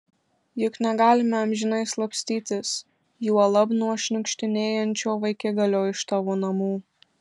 juk negalime amžinai slapstytis juolab nuo šniukštinėjančio vaikigalio iš tavo namų